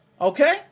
okay